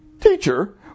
teacher